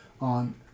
on